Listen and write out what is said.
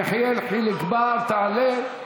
יחיאל חיליק בר, תעלה.